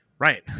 Right